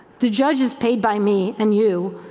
the judge is paid by me and you.